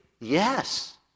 Yes